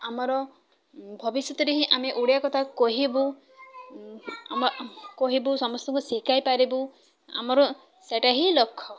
ଆମର ଭବିଷ୍ୟତରେ ହିଁ ଆମେ ଓଡ଼ିଆ କଥା କହିବୁ କହିବୁ ସମସ୍ତଙ୍କୁ ଶିଖାଇ ପାରିବୁ ଆମର ସେଇଟା ହିଁ ଲକ୍ଷ୍ୟ